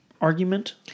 argument